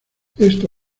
esto